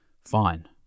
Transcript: Fine